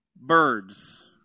birds